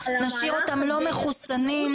נשאיר אותם לא מחוסנים,